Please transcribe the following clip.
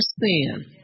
sin